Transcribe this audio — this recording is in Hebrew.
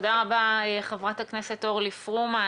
תודה רבה, חברת הכנסת אורלי פרומן.